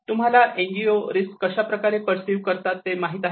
तुम्हाला NGO risk कशाप्रकारे perceive करतात ते माहित आहे का